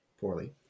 poorly